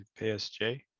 PSG